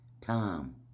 Tom